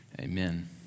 Amen